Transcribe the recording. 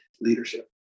leadership